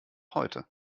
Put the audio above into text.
heute